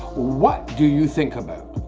what do you think about?